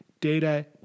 data